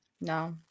No